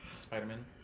Spider-Man